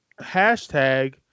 hashtag